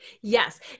yes